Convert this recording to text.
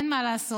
אין מה לעשות.